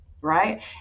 right